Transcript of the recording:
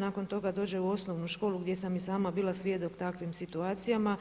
Nakon toga dođe u osnovnu školu gdje sam i sama bila svjedok takvim situacijama